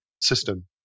system